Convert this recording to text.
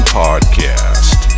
podcast